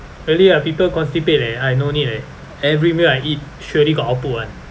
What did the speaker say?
really ah people constipate eh I no need eh every meal I eat surely got output [one]